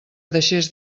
deixés